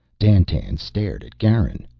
dandtan stared at garin.